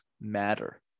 matter